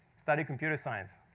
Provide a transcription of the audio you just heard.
study computer science.